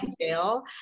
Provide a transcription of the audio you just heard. jail